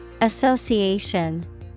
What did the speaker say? Association